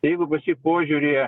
jeigu pas jį požiūryje